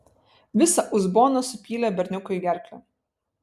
visą uzboną supylė berniukui į gerklę